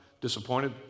disappointed